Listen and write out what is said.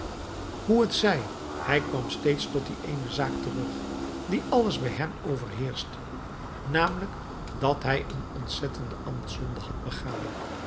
hoe het zij hij kwam steeds tot die eene zaak terug die alles bij hem overheerschte namelijk dat hij een ontzettende ambtszonde had begaan